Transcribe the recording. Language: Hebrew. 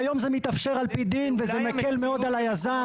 והיום זה מתאפשר על פי דין, וזה מקל מאוד על היזם.